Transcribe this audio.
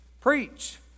preach